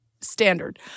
standard